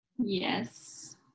Yes